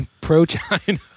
pro-China